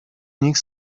nich